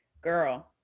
Girl